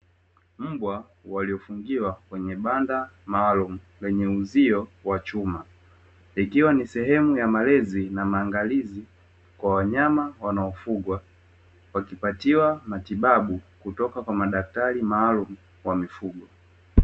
Mbwa waliofungiwa kwenye banda maalumu lenye uzio wa chuma, ikiwa ni sehemu ya malezi na maandalizi kwa wanyama wanaofugwa wakipatiwa matibabu kutoka kwa madaktari maalumu wa mifugo.